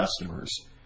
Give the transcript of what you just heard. customers